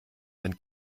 dann